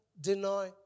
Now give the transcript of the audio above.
deny